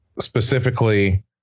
specifically